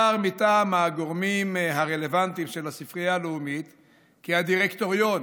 נמסר מטעם הגורמים הרלוונטיים של הספרייה הלאומית כי הדירקטוריון